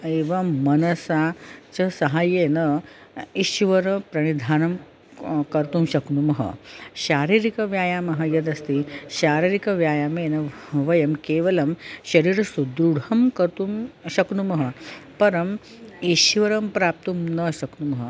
एवं मनसा च सहाय्येन ईश्वरप्रधानं कर्तुं शक्नुमः शारीरिकव्यायामः यदस्ति शारीरिकव्यायामेन वयं केवलं शरीरसुदृढं कर्तुं शक्नुमः परम् ईश्वरं प्राप्तुं न शक्नुमः